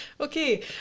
Okay